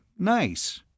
Nice